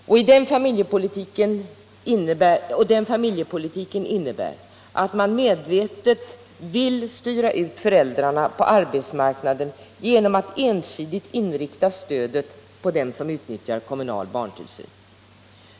Och den familjepolitiken innebär att man medvetet vill styra ut föräldrarna på arbetsmarknaden genom att ensidigt inrikta stödet på dem som utnyttjar kommunal barntillsyn.